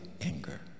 anger